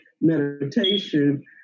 meditation